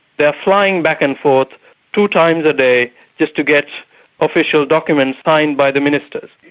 they're flying back and forth two times a day just to get official documents signed by the ministers.